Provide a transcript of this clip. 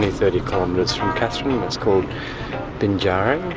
thirty kilometres from katherine, it's called binjari.